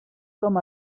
com